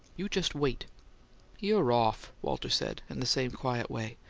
you just wait you're off, walter said, in the same quiet way.